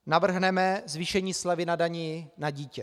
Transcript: Navrhneme zvýšení slevy na dani na dítě.